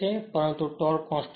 પરંતુ torque constant રહે છે